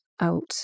out